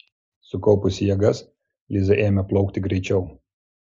sukaupusi jėgas liza ėmė plaukti greičiau